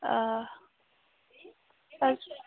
آ اَدٕ